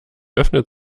öffnet